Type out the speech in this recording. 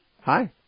Hi